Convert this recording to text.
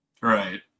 Right